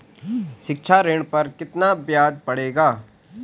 शिक्षा ऋण पर कितना ब्याज पड़ेगा?